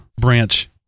branch